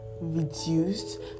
Reduced